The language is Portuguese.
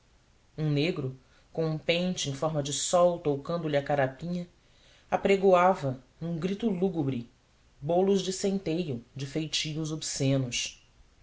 um negro com um pente em forma de sol toucando lhe a carapinha apregoava num grito lúgubre bolos de centeio de feitios obscenos